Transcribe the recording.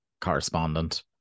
correspondent